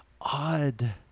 odd